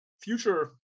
future